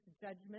judgment